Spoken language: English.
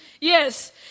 yes